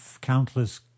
countless